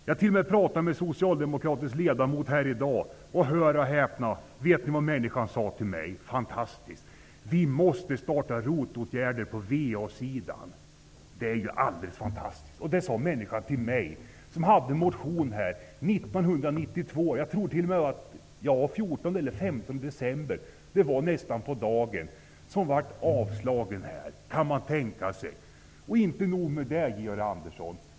Jag pratade med en socialdemokratisk ledamot i dag som t.o.m. sade, hör och häpna: Vi måste starta ROT-åtgärder på VA-sidan. Är det inte alldeles fantastiskt? Det sade människan till mig! Jag som väckt en motion om det, en motion som den 14 december eller den 15 december 1992 blev avslagen, nästan på dagen ett år sedan. Kan man tänka sig! Inte nog med det Georg Andersson.